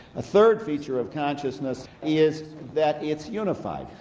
a third feature of consciousness is that it's unified.